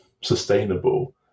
sustainable